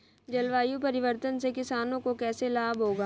जलवायु परिवर्तन से किसानों को कैसे लाभ होगा?